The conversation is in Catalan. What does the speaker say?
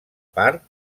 part